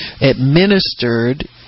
administered